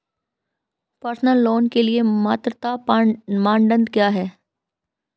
Personal loan के लिए पात्रता मानदंड क्या हैं?